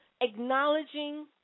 Acknowledging